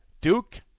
Duke